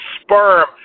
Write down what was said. sperm